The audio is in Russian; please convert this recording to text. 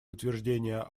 утверждения